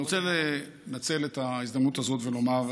אני רוצה לנצל את ההזדמנות הזאת ולומר,